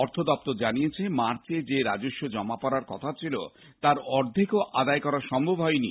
অর্থ দফতর জানিয়েছে মার্চে যে রাজস্ব জমা পড়ার কথা ছিল তার অর্ধেকও আদায় করা সম্ভব হয়নি